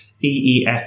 EEF